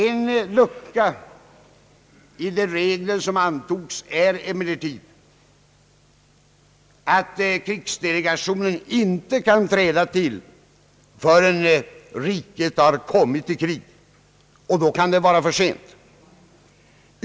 En lucka i de regler som antogs är emellertid att krigsdelegationen inte kan träda till förrän riket har kommit i krig, och då kan det vara för sent.